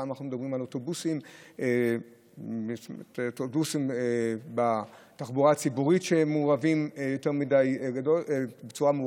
הפעם אנחנו מדברים על אוטובוסים של התחבורה הציבורית שיותר מדי מעורבים.